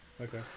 okay